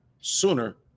sooner